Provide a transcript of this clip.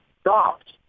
stopped